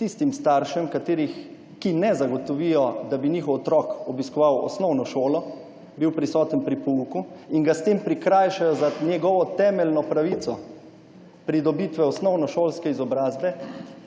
tistim staršem, ki ne zagotovijo, da bi njihov otrok obiskoval osnovno šolo, bil prisoten pri pouku in ga s tem prikrajšajo za njegovo temeljno pravico pridobitve osnovnošolske izobrazbe,